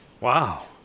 Wow